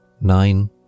nine